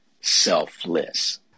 selfless